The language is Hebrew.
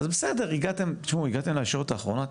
תשמעו, הגעתם לישורת האחרונה,